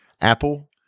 Apple